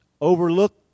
overlook